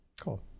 Cool